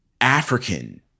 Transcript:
African